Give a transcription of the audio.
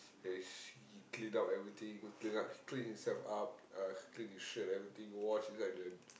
yes he cleaned up everything clean up clean himself up uh clean his shirt everything wash inside the